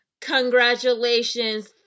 Congratulations